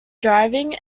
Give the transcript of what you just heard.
driving